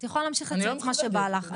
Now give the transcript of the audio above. את יכולה להמשיך לצייץ מה שבא לך.